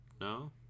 no